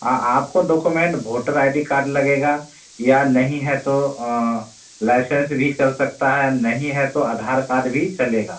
आ आपको document voter I D card लगेगा या नहीं है तो लाइसेन्स भी चल सकता हे नहीं है तो आधार कार्ड भी चलेगा